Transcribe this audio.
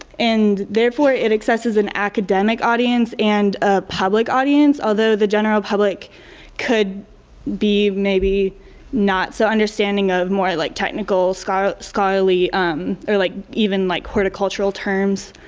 and therefore it accesses an academic audience and ah public audience although the general public could be maybe not so understanding of more like technical scholarly scholarly or like, even like horticultural terms.